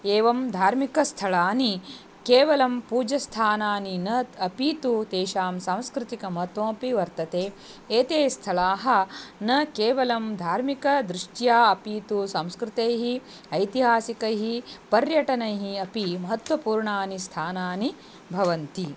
एवं धार्मिकस्थलानि केवलं पूजस्थानानि न अपि तु तेषां सांस्कृतिकं महत्वमपि वर्तते एतानि स्थलानि न केवलं धार्मिकदृष्ट्या अपि तु संस्कृतैः ऐतिहासिकैः पर्यटनैः अपि महत्वपूर्णानि स्थानानि भवन्ति